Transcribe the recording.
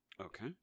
Okay